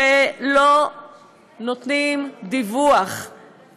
שלא נותנים דיווח,